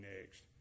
next